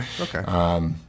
Okay